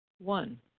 One